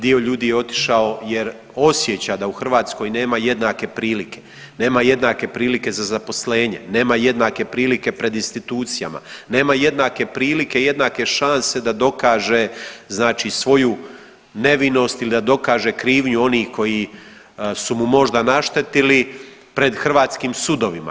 Dio ljudi je otišao jer osjeća da u Hrvatskoj nema jednake prilike, nema jednake prilike za zaposlenje, nema jednake prilike pred institucijama, nema jednake prilike, jednake šanse da dokaže znači svoju nevinost ili da dokaže krivnju onih koji su mu možda naštetili pred hrvatskim sudovima.